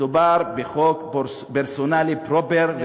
מדובר בחוק פרסונלי פרופר.